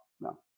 no